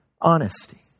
Honesty